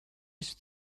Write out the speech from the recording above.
should